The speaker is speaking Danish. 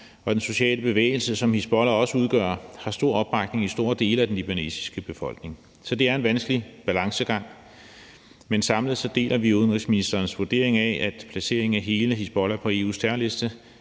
og den sociale bevægelse, som Hizbollah også udgør, har stor opbakning i store dele af den libanesiske befolkning. Så det er en vanskelig balancegang. Men samlet set deler vi udenrigsministerens vurdering af, at placeringen af hele Hizbollah på EU's terrorliste